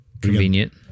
Convenient